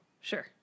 sure